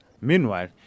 Meanwhile